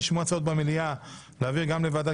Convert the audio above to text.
נשמעו הצעות במליאה להעביר גם לוועדת